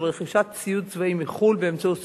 רכישת ציוד צבאי בחוץ-לארץ באמצעות סוכנים,